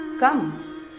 Come